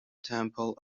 temple